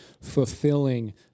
fulfilling